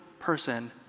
person